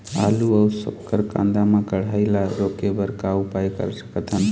आलू अऊ शक्कर कांदा मा कढ़ाई ला रोके बर का उपाय कर सकथन?